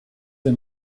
der